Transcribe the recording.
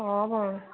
ହଁ ଭଉଣୀ